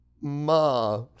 Ma